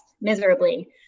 miserably